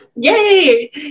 Yay